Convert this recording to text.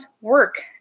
work